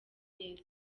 neza